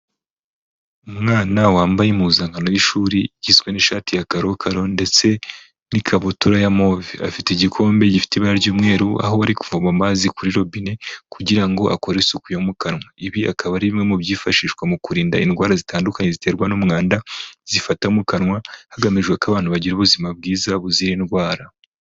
Umwana wambaye impuzankano y'ishuri, igizwe n'ishati ya karokaro ndetse n'ikabutura ya move. Afite igikombe gifite ibara ry'umweru, aho bari kuvoma amazi kuri robine kugira ngo akore isuku yo mu kanwa. Ibi akaba ari bimwe mu byifashishwa mu kurinda indwara zitandukanye ziterwa n'umwanda zifata mu kanwa, hagamijwe ko abantu bagira ubuzima bwiza buzira indwara.